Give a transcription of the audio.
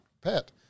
pet